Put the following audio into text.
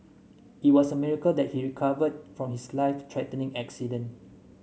it was a miracle that he recovered from his life threatening accident